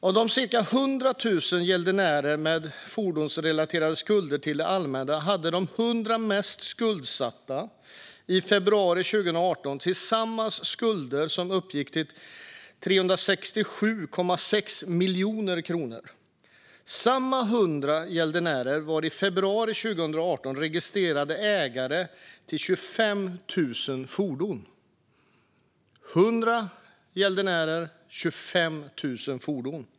Av de ca 100 000 gäldenärerna med fordonsrelaterade skulder till det allmänna hade de 100 mest skuldsatta i februari 2018 tillsammans skulder som uppgick till 367,6 miljoner kronor. Samma 100 gäldenärer var i februari 2018 registrerade ägare till 25 019 fordon.